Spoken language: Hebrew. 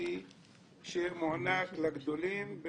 התחרותי שמוענק לגדולים.